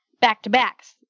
back-to-backs